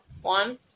One